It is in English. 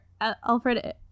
Alfred